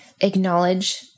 Acknowledge